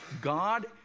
God